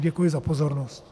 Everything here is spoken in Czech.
Děkuji za pozornost.